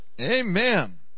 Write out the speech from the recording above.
Amen